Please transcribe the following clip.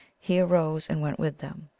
he arose and went with them.